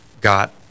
got